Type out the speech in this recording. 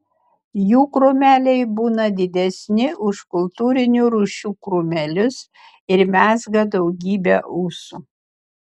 jų krūmeliai būna didesni už kultūrinių rūšių krūmelius ir mezga daugybę ūsų